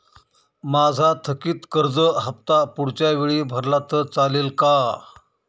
माझा थकीत कर्ज हफ्ता पुढच्या वेळी भरला तर चालेल का?